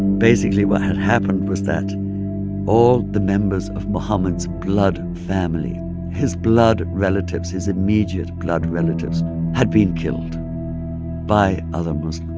basically, what had happened was that all the members of muhammad's blood family his blood relatives, his immediate blood relatives had been killed by other muslims